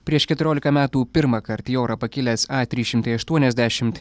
prieš keturiolika metų pirmąkart į orą pakilęs a trys šimtai aštuoniasdešimt